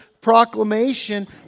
proclamation